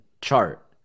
chart